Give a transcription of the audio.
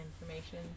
information